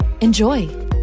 enjoy